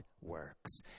works